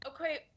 okay